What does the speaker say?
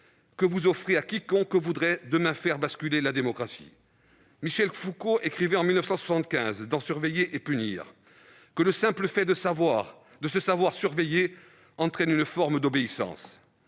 en les offrant à quiconque voudrait demain faire basculer la démocratie. Michel Foucault écrivait en 1975, dans, que le simple fait de se savoir surveillé entraînait une forme d'obéissance.